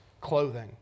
clothing